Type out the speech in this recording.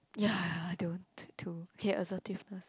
ya I don't too okay assertiveness